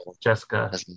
Jessica